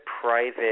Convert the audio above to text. private